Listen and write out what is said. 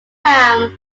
town